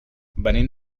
venim